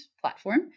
platform